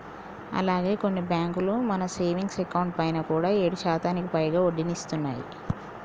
అలాగే కొన్ని బ్యాంకులు మన సేవింగ్స్ అకౌంట్ పైన కూడా ఏడు శాతానికి పైగా వడ్డీని ఇస్తున్నాయి